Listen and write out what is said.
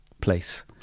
place